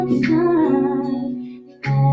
time